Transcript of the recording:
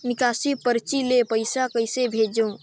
निकासी परची ले पईसा कइसे भेजों?